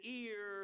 ear